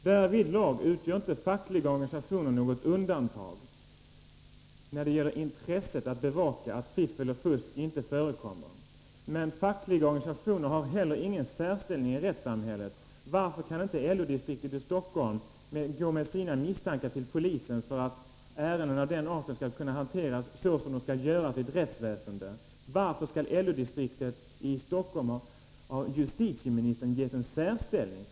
Herr talman! När det gäller intresset att bevaka att fiffel och fusk inte förekommer utgör inte fackliga organisationer något undantag. Men fackliga organisationer har heller ingen särställning i rättssamhället. Varför kan inte LO-distriktet i Stockholm gå med sina misstankar till polisen, så att ärenden av den arten kan hanteras så som de skall hanteras i ett rättssamhälle? Varför skall LO-distriktet i Stockholm av justitieministern ges en särställning?